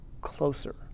closer